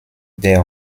der